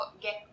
get